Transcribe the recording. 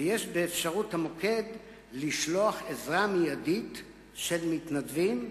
יש באפשרות המוקד לשלוח עזרה מיידית של מתנדבים,